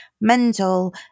Mental